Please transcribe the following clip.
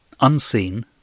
unseen